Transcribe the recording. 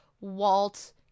Walt